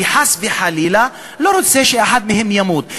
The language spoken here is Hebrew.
כי חס וחלילה היא לא רוצה שאחד מהם ימות.